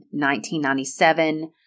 1997